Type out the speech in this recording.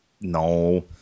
No